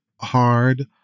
hard